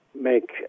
make